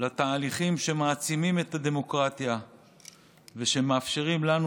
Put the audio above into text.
לתהליכים שמעצימים את הדמוקרטיה ושמאפשרים לנו,